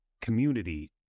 community